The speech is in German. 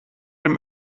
dem